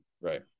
Right